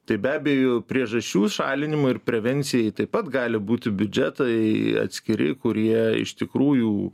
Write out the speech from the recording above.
tai be abejo priežasčių šalinimui ir prevencijai taip pat gali būti biudžetai atskiri kurie iš tikrųjų